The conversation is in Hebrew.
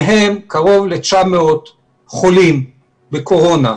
מהם קרוב ל-900 חולים בקורונה.